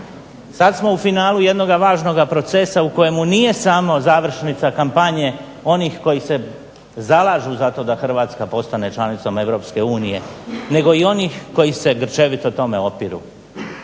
Sad smo u finalu jednoga važnoga procesa u kojemu nije samo završnica kampanje onih koji se zalažu za to da Hrvatska postane članicom EU nego i onih koji se grčevito tome opiru.